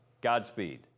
Godspeed